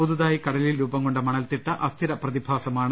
പുതു തായി കടലിൽ രൂപം കൊണ്ട മണൽത്തിട്ട അസ്ഥിര പ്രതിഭാസമാണ്